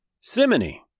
Simony